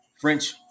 French